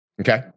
Okay